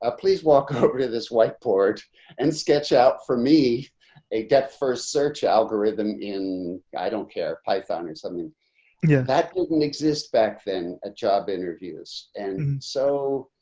ah please walk over to this whiteboard and sketch out for me a depth first search algorithm in i don't care python or something yeah that didn't exist back then a job interviews and so